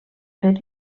fer